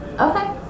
Okay